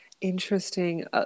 Interesting